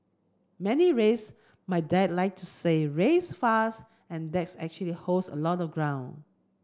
many race my dad like to say race fast and that actually holds a lot of ground